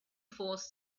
force